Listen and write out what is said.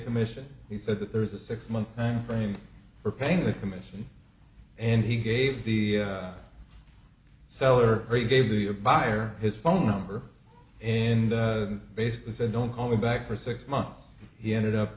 commission he said that there is a six month time frame for paying the commission and he gave the seller rate gave me a buyer his phone number and basically said don't call me back for six months he ended up